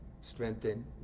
strengthen